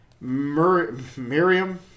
Miriam